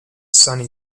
sonny